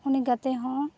ᱩᱱᱤ ᱜᱟᱛᱮ ᱦᱚᱸ